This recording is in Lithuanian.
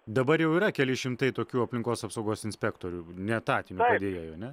dabar jau yra keli šimtai tokių aplinkos apsaugos inspektorių neetatinių airijoje